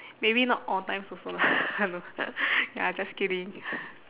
maybe not all times also lah ya just kidding